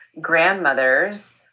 grandmothers